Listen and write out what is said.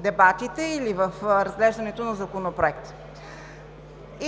дебатите или в разглеждането на Законопроекта. И